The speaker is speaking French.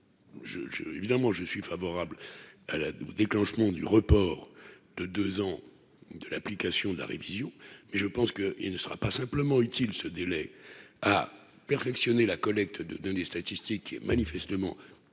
je suis favorable à la au déclenchement du report de 2 ans de l'application de la révision, mais je pense que il ne sera pas simplement utile ce délai à perfectionner la collecte de données statistiques manifestement insuffisant